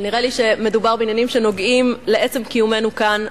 נראה לי שמדובר בעניינים שנוגעים לעצם קיומנו כאן,